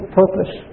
purpose